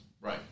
Right